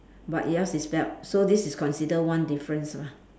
but yours is belt so this is consider one difference lah